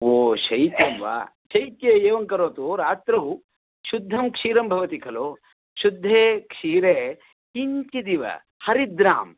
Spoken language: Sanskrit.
ओ शैत्यं वा शैत्ये एवं करोतु रात्रौ शुद्धं क्षीरं भवति खलु शुद्धे क्षीरे किञ्चिदिव हरिद्राम्